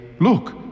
Look